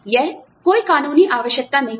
यह कोई कानूनी आवश्यकता नहीं है